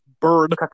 bird